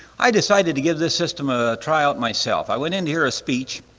i decided to give this system a try out myself i went in to hear a speech.